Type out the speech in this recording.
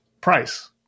price